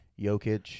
Jokic